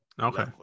Okay